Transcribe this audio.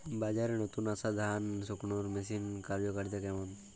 বাজারে নতুন আসা ধান শুকনোর মেশিনের কার্যকারিতা কেমন?